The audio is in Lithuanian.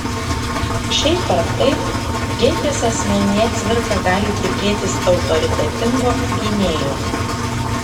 šiaip ar taip gėtės asmenyje cvirka gali tikėtis autoritetingo gynėjo